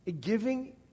Giving